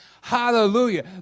Hallelujah